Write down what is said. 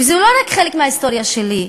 זה לא רק חלק מההיסטוריה שלי,